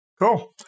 cool